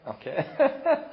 Okay